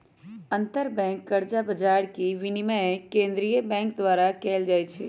अंतरबैंक कर्जा बजार के विनियमन केंद्रीय बैंक द्वारा कएल जाइ छइ